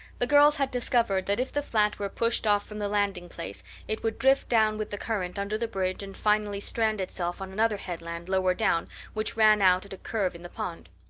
the girls had discovered that if the flat were pushed off from the landing place it would drift down with the current under the bridge and finally strand itself on another headland lower down which ran out at a curve in the pond.